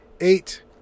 eight